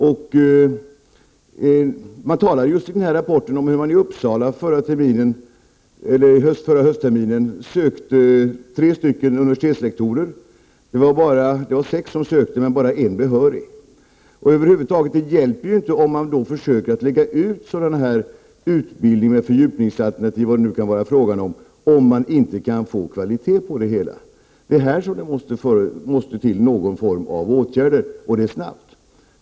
I rapporten talas det just om att man i Uppsala förra höstterminen sökte tre universitetslektorer, och av de sex som sökte var det bara en behörig. Det hjälper då inte att lägga ut utbildning med t.ex. fördjupningsalternativ, om det inte går att få kvalitet i det hela. Det är här som det måste till någon form av åtgärder, och det snabbt.